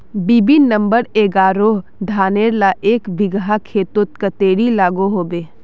BB number एगारोह धानेर ला एक बिगहा खेतोत कतेरी लागोहो होबे?